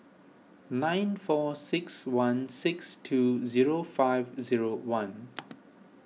nine four six one six two zero five zero one